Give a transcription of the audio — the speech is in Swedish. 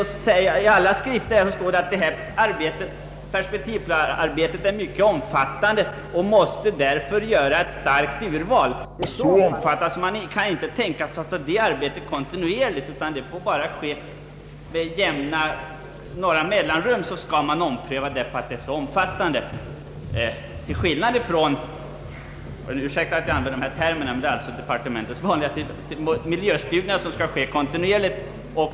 Mot detta är att säga att perspektivarbetet anges vara mycket krävande och att man därför måste göra ett mycket starkt urval. Det arbetet är så omfattande att man inte kan tänka sig det kontinuerligt, utan man måste med jämna mellanrum ompröva det. Däremot blir det kontinuerligt arbete med miljöstudierna. Jag ber om överseende med att jag använder dessa termer, men de är de begrepp som begrips i departementet.